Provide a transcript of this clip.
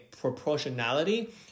proportionality